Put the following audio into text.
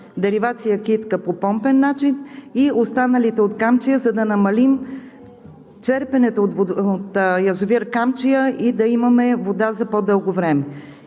деривация „Китка“ по помпен начин и останалите от Камчия, за да намалим черпенето от язовир „Камчия“ и да имаме вода за по-дълго време.